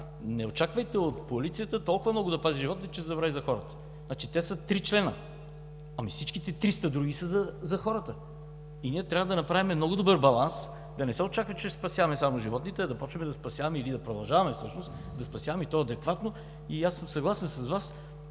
не очаквайте от полицията толкова много да пази животните, че да забрави за хората. Те са три члена, другите 300 са за хората. И ние трябва да направим много добър баланс, да не се очаква, че ще спасяваме само животните, а да започваме да спасяваме или всъщност да продължаваме да спасяваме, и то адекватно. Аз съм съгласен с Вас